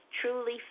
truly